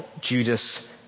Judas